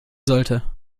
sollte